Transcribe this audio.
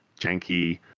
janky